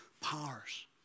powers